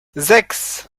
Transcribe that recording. sechs